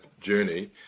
journey